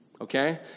okay